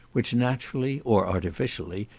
which naturally, or artificially,